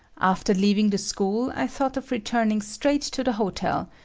after leaving the school, i thought of returning straight to the hotel,